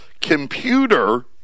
computer